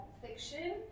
fiction